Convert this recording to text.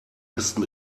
besten